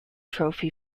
trophy